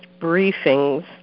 briefings